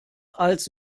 als